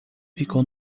ficou